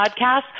Podcast